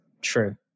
true